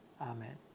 amen